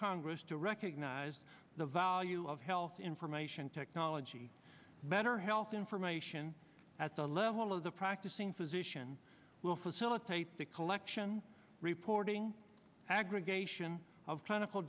congress to recognize the value of health information technology better health information at the level of the practicing physician will facilitate the collection reporting aggregation of